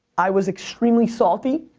i was extremely salty,